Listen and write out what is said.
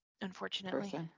unfortunately